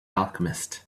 alchemist